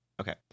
Okay